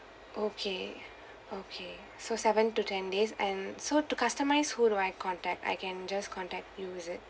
okay okay so seven to ten days and so to customise who do I contact I can just contact you is it